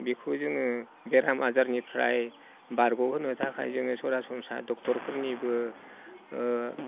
बिखौ जोङो बेराम आजारनिफ्राय बारगहोनो थाखाय जोङो सरासन्स्रा ड'क्टर फोरनिबो